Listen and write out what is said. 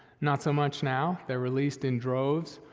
not so much now. they're released in droves,